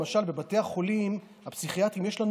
למשל בבתי החולים הפסיכיאטריים יש לנו